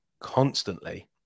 constantly